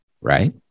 right